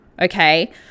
okay